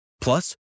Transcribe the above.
Plus